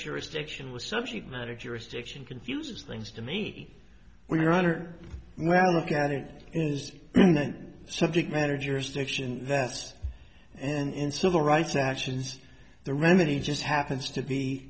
jurisdiction with subject matter jurisdiction confuses things to me when you're under well look at it is then subject matter jurisdiction that's and in civil rights actions the remedy just happens to be